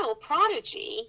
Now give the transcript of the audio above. prodigy